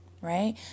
right